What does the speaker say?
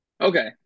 Okay